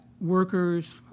workers